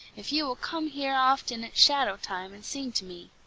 if you will come here often at shadow-time and sing to me.